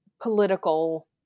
political